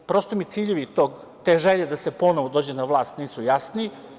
Prosto mi ciljevi te žele da se ponovo dođe na vlast nisu jasni.